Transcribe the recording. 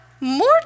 more